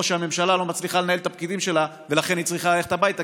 או שהממשלה לא מצליחה לנהל את הפקידים שלה ולכן היא צריכה ללכת הביתה,